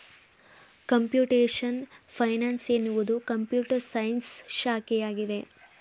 computation finance ಎನ್ನುವುದು computer science ಶಾಖೆಯಾಗಿದೆ